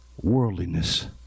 worldliness